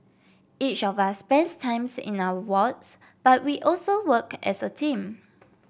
each of us spends time in our wards but we also work as a team